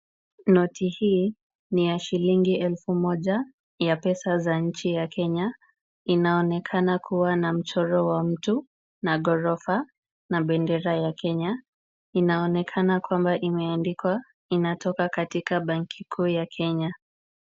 Noti hii ni ya shillingi elfu moja ya pesa za nchi ya Kenya. Inaonekana kuwa na mchoro wa mtu na ghorofa na bendera ya Kenya. Inaonekana kwamba imeandikwa inatoka katika banki kuu ya Kenya.